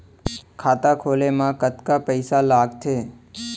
खाता खोले मा कतका पइसा लागथे?